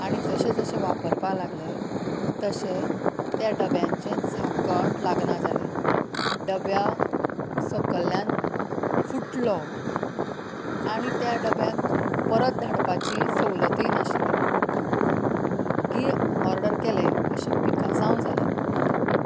आनी जशें जशें वापरपाक लागलें तशें त्या डब्यांचें झाकण लागना जालें डब्यांक सकयल्यान फुटलो आनी त्या डब्यांक परत धाडपाची सवलतय नाशिल्ली वोग्गी ऑर्डर केलें अशें पिकासांव जालें